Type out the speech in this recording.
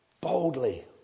boldly